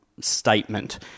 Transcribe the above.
statement